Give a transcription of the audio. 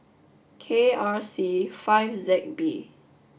K R C five Z B